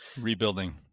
rebuilding